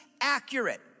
accurate